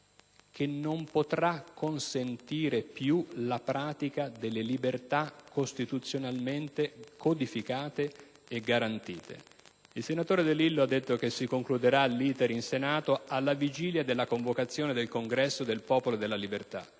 che non potrà consentire più la pratica delle libertà costituzionalmente codificate e garantite. Il senatore De Lillo ha detto che l'*iter* del disegno di legge si concluderà in Senato alla vigilia della convocazione del congresso del Popolo della Libertà.